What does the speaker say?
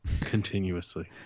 continuously